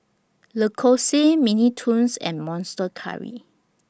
Lacoste Mini Toons and Monster Curry